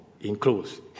includes